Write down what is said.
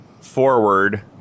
forward